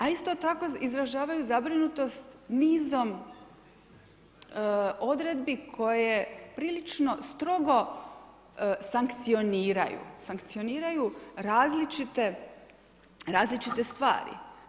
A isto tako izražavaju zabrinutost nizom odredbi koje prilično strogo sankcioniraju, sankcioniraju različite stvari.